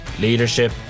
leadership